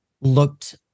looked